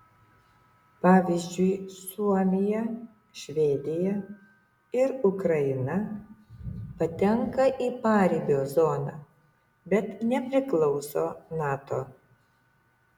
pavyzdžiui suomija švedija ir ukraina patenka į paribio zoną bet nepriklauso nato